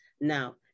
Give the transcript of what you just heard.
now